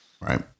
Right